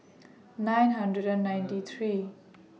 nine hundred ninety three